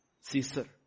Caesar